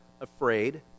afraid